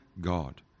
God